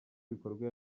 ibikorwa